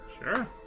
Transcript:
Sure